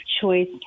choice